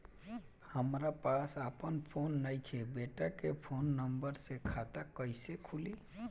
हमरा पास आपन फोन नईखे बेटा के फोन नंबर से खाता कइसे खुली?